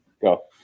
Go